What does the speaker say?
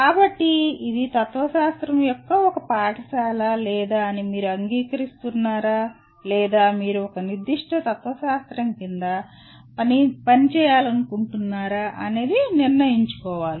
కాబట్టి ఇది తత్వశాస్త్రం యొక్క ఒక పాఠశాల లేదా మీరు అంగీకరిస్తున్నారా లేదా మీరు ఒక నిర్దిష్ట తత్వశాస్త్రం కింద పనిచేయాలనుకుంటున్నారా అని నిర్ణయించుకోవాలి